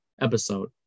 episode